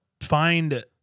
find